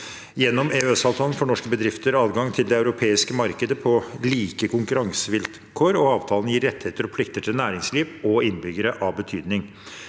Gjennom EØS-avtalen får norske bedrifter adgang til det europeiske markedet på like konkurransevilkår, og avtalen gir rettigheter og plikter av betydning til næringsliv og innbyggere. Like